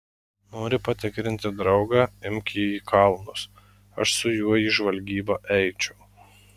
nori patikrinti draugą imk jį į kalnus aš su juo į žvalgybą eičiau